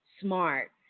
smart